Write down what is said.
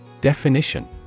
Definition